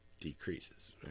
decreases